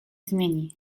zmieni